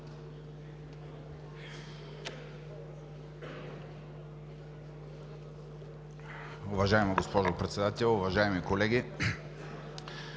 Уважаема госпожо Председател, уважаеми колеги!